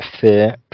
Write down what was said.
Fear